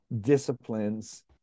disciplines